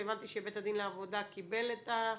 והבנתי שבית הדין לעבודה קיבל את --- כן,